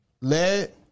led